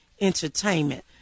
entertainment